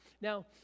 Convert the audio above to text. Now